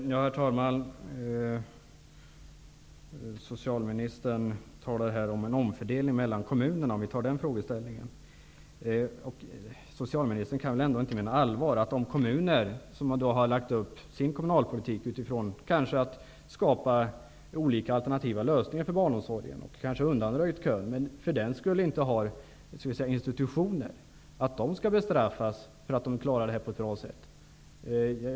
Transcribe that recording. Herr talman! Socialministern talar här om en omfördelning mellan kommunerna. Socialministern kan väl ändå inte mena allvar? Skall de kommuner som lagt upp sin kommunalpolitik utifrån att skapa olika alternativa lösningar för barnomsorgen och kanske undanröjt kön, men som för den skull inte har institutioner, bestraffas för att de klarar det på ett bra sätt?